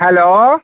hello